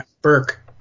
Burke